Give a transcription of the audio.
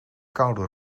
koude